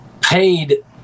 paid